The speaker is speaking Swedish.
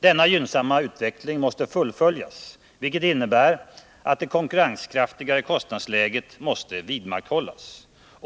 Denna gynnsammare utveckling måste fullföljas, vilket innebär att det konkurrenskraftigare kostnadsläget måste vidmakthållas.